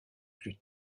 plus